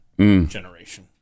generation